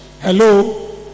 hello